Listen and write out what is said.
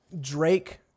Drake